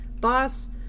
boss